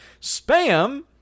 Spam